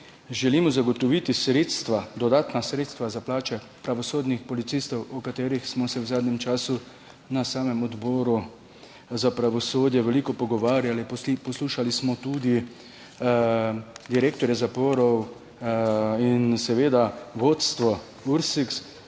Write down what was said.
želimo zagotoviti sredstva, dodatna sredstva za plače pravosodnih policistov, o katerih smo se v zadnjem času na samem Odboru za pravosodje veliko pogovarjali. Poslušali smo tudi direktorja zaporov in seveda vodstvo